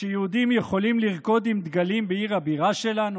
שיהודים יכולים לרקוד עם דגלים בעיר הבירה שלנו?